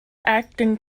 acting